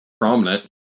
prominent